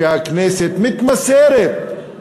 שהכנסת מתמסרת,